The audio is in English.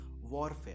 warfare